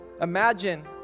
Imagine